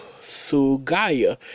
Sugaya